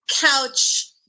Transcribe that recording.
couch